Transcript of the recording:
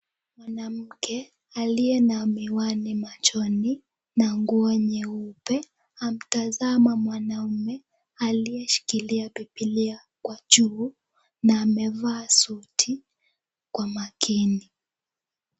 Mwanamke aliye na miwani machoni na nguo nyeupe anamtazama mwanaume aliyeshikilia bibilia kwa juu na amevaa suti, kwa makini.